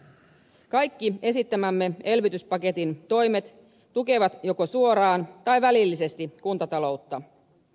kaikki esittämämme elvytyspaketin toimet tukevat joko suoraan tai välillisesti kuntataloutta